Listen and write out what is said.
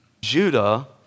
Judah